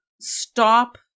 stop